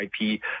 IP